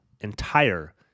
entire